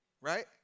Right